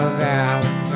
valentine